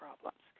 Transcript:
problems